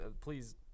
please